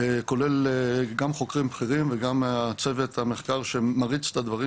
כולל גם חוקרים אחרים וגם צוות המחקר שמריץ את הדברים,